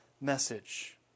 message